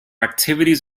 activities